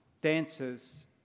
dancers